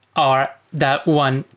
are that one.